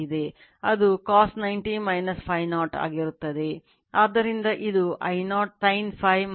ಅದು cos 90 Φ0 ಆಗಿರುತ್ತದೆ